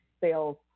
sales